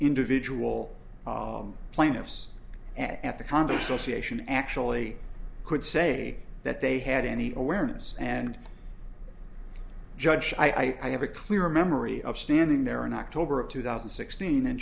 individual plaintiffs at the condo association actually could say that they had any awareness and judge i have a clear memory of standing there in october of two thousand and sixteen and